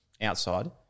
outside